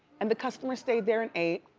and the customer stayed there and ate.